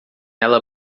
ela